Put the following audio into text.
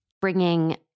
Bringing